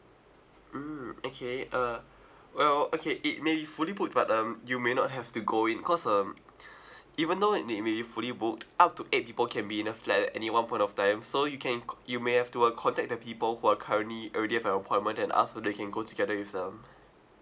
mm okay uh well okay it maybe fully booked but um you may not have to go in because um even though it may may be fully booked up to eight people can be in a flat at any one point of time so you can con~ you may have to uh contact the people who are currently already have an appointment and ask whether you can go together with them